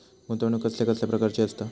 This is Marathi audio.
गुंतवणूक कसल्या कसल्या प्रकाराची असता?